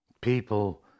people